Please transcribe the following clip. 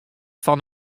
fan